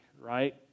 right